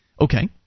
Okay